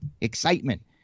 excitement